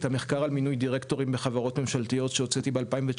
את המחקר על מינוי דירקטורים בחברות ממשלתיות שהוצאתי ב-2019